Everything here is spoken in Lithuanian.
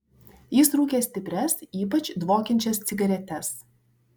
jis rūkė stiprias ypač dvokiančias cigaretes